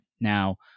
Now